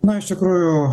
na iš tikrųjų